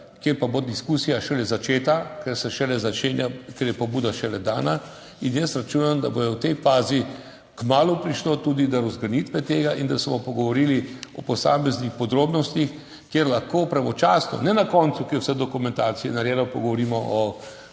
kjer pa bo diskusija šele začeta, ker se šele začenja, ker je pobuda šele dana. In jaz računam, da bo v tej fazi kmalu prišlo tudi do razgrnitve tega in da se bomo pogovorili o posameznih podrobnostih, kjer lahko pravočasno, ne na koncu, ko je vsa dokumentacija narejena, dogovorimo o